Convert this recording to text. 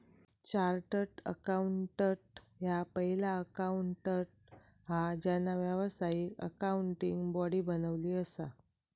chartered accountant ह्या पहिला accountant हा ज्यांना व्यावसायिक अकाउंटिंग बॉडी बनवली असा